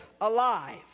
alive